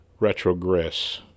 retrogress